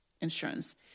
insurance